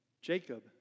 Jacob